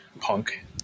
punk